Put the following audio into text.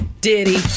Diddy